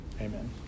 amen